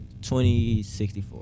2064